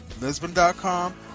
Lisbon.com